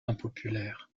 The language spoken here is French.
impopulaire